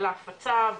על ההפצה.